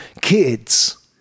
kids